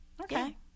Okay